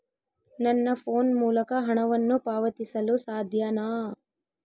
ನನ್ನ ಫೋನ್ ಮೂಲಕ ಹಣವನ್ನು ಪಾವತಿಸಲು ಸಾಧ್ಯನಾ?